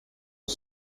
aux